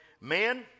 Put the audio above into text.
Men